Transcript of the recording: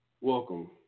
Welcome